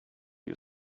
you